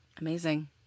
Amazing